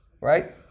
right